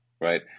right